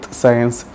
science